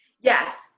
Yes